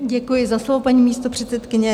Děkuji za slovo, paní místopředsedkyně.